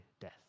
death